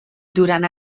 durant